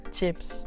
Chips